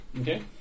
Okay